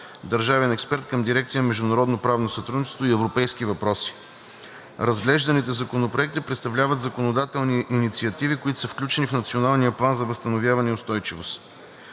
държавен експерт към дирекция „Международно правно сътрудничество и европейски въпроси“. Разглежданите законопроекти представляват законодателни инициативи, които са включени в Националния план за възстановяване и устойчивост.